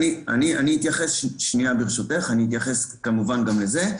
כן, אני אתייחס כמובן גם לזה.